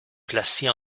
placés